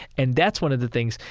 and that's one of the things,